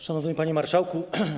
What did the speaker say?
Szanowny Panie Marszałku!